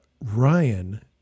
Ryan